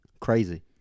Crazy